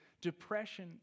depression